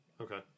Okay